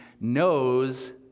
knows